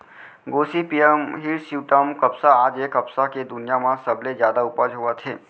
Gossypium hirsutum कपसा आज ए कपसा के दुनिया म सबले जादा उपज होवत हे